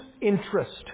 interest